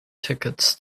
tickets